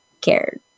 cared